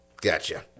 gotcha